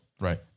Right